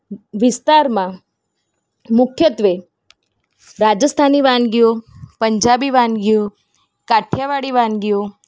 વિસ્તારમાં મુખ્યત્ત્વે રાજસ્થાની વાનગીઓ પંજાબી વાનગીઓ કાઠિયાવાડી વાનગીઓ